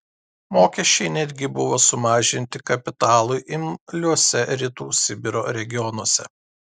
mokesčiai netgi buvo sumažinti kapitalui imliuose rytų sibiro regionuose